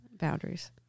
boundaries